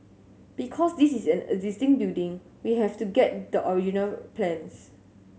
because this is an existing building we have to get the original plans